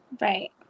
Right